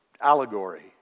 allegory